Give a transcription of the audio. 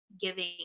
giving